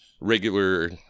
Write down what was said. regular